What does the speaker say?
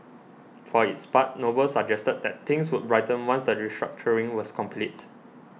for its part Noble suggested that things would brighten once the restructuring was complete